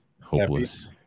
hopeless